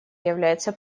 является